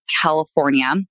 California